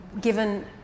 given